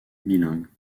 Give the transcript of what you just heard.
bilingue